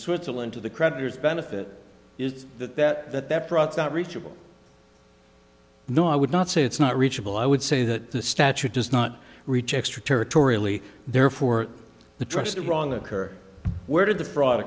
switzerland to the creditors benefit is that that that that drugs not reachable no i would not say it's not reachable i would say that the statute does not reach extra territorially therefore the trust of wrong occur where did the fraud